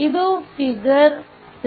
ಇದು ಫಿಗರ್ 3